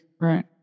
Right